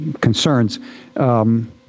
concerns